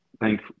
thank